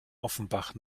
offenbach